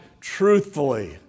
truthfully